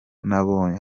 nabonye